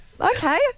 Okay